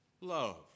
love